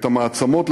את המעצמות,